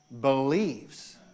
believes